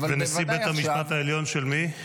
אבל בוודאי עכשיו --- ונשיא בית המשפט העליון של מי?